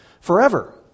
forever